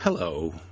Hello